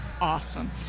awesome